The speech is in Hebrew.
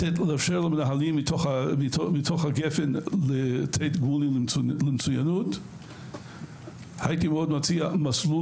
לאפשר למנהלים לתת גמול למצוינות; 3) הייתי מציע מאוד מסלול